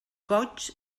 goigs